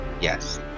Yes